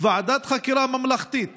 ועדת חקירה ממלכתית